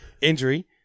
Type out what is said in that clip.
injury